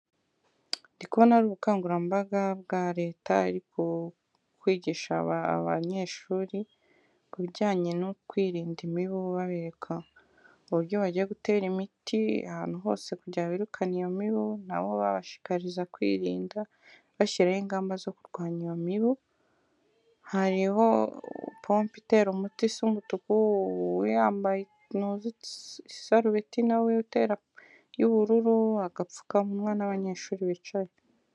Ndi kubona ari ubukangurambaga bwa leta ariko kwigisha aba banyeshuri ibijyanye no kwirinda imibu babereka uburyo bagiye gutera imiti ahantu hose kujya birukana iyo mibu nabo babashikariza kwirinda bashyiraho ingamba zo kurwanya iyo mibu hariho pompe itera umuti isa umutukuya, isarubeti y'ubururu agapfukamawa n'abanyeshuri bicaye.